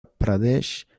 pradesh